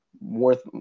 worth